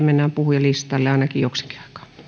mennään puhujalistalle ainakin joksikin aikaa